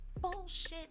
bullshit